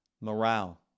morale